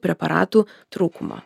preparatų trūkumo